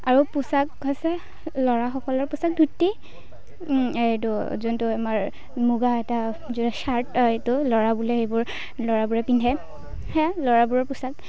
আৰু পোচাক হৈছে ল'ৰাসকলৰ পোচাক ধুতি এইটো যোনটো আমাৰ মুগা এটা যে চাৰ্ট এইটো ল'ৰাবোৰে সেইবোৰ ল'ৰাবোৰে পিন্ধে সেয়া ল'ৰাবোৰৰ পোচাক